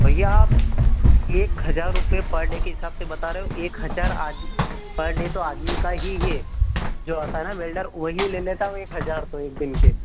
भैया आप एक हजार रुपए पर डे के हिसाब से बता रहे हो एक हजार आज पर डे तो आदमी का ही है जो आता है ना वेल्डर वही ले लेता है वो एक हजार तो एक दिन के